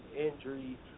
injury